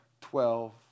Twelve